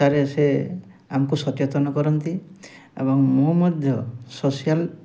ସାରେ ସେ ଆମକୁ ସଚେତନ କରନ୍ତି ଏବଂ ମୁଁ ମଧ୍ୟ ସୋସିଆଲ୍